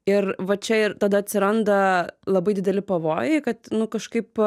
ir va čia ir tada atsiranda labai dideli pavojai kad nu kažkaip